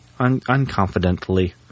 Unconfidently